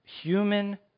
Human